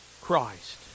Christ